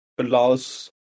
allows